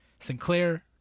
Sinclair